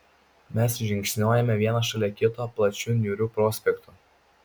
mes žingsniuojame vienas šalia kito plačiu niūriu prospektu